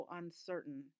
uncertain